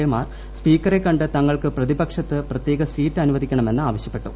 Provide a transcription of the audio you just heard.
A മാർ സ്പീക്കറെ കണ്ട് തങ്ങൾക്ക് പ്രതിപക്ഷത്ത് പ്രത്യേക സീറ്റ് അനുവദിക്കണമെന്ന് ആവശ്യപ്പെട്ടു